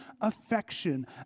affection